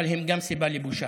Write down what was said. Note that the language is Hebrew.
אבל הם גם סיבה לבושה.